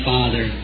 Father